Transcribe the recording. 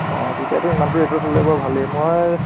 অঁ তেতিয়াতো ইমানটো ৰেটত হ'লে বাৰু ভালেই মই